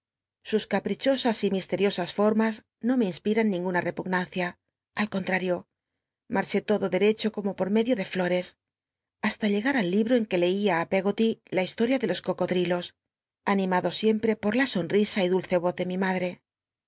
sus cap richo as mis cl'iosas l'ornm no me inspirabanninguna rtpu nancia al conlr uio marché todo derecho como por medio de fioi'c hasta llegar al libi'o en ctue lcia á peggoty la historia de los cocothilos animac o siempre por la sonrisa y dulce y oz de mi madre